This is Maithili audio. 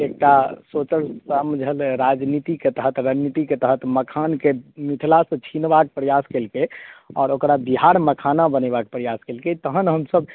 एक टा सोचल समझल राजनीतिके तहत रणनीतिके तहत मखानके मिथिला से छिनबाक प्रयास केलकै आओर ओकरा बिहार मखाना बनेबाक प्रयास केलकै तहन हम सब